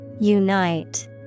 Unite